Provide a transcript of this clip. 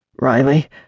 Riley